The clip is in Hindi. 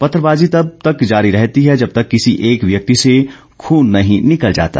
पत्थरबाजी तब तक जारी रहती है जब तक किसी एक व्यक्ति से खून नहीं निकल जाता